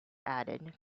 added